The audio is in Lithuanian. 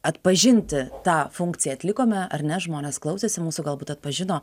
atpažinti tą funkciją atlikome ar ne žmonės klausėsi mūsų galbūt atpažino